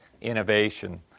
innovation